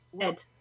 Ed